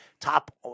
top